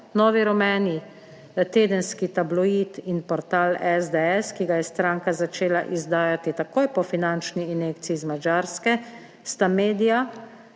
novi rumeni tedenski tabloid in portal SDS, ki ga je stranka začela izdajati takoj po finančni injekciji z Madžarske sta medija,